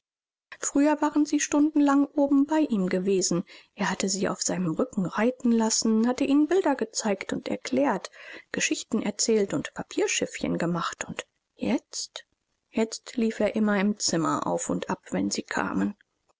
früher waren sie stundenlang oben bei ihm gewesen er hatte sie auf seinem rücken reiten lassen hatte ihnen bilder gezeigt und erklärt geschichten erzählt und papierschiffchen gemacht und jetzt jetzt lief er immer im zimmer auf und ab wenn sie kamen